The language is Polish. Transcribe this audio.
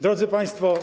Drodzy Państwo!